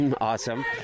Awesome